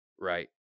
right